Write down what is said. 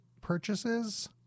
purchases